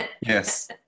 Yes